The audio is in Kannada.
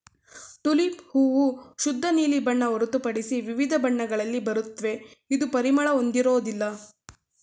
ಟುಲಿಪ್ ಹೂ ಶುದ್ಧ ನೀಲಿ ಬಣ್ಣ ಹೊರತುಪಡಿಸಿ ವಿವಿಧ ಬಣ್ಣಗಳಲ್ಲಿ ಬರುತ್ವೆ ಇದು ಪರಿಮಳ ಹೊಂದಿರೋದಿಲ್ಲ